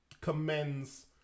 commends